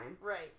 Right